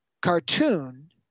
cartoon